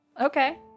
okay